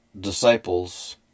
disciples